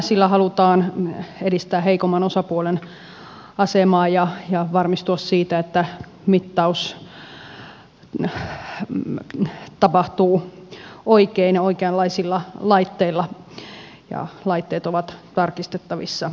sillä halutaan edistää heikomman osapuolen asemaa ja varmistua siitä että mittaus tapahtuu oikein ja oikeanlaisilla laitteilla ja laitteet ovat tarkistettavissa